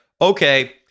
okay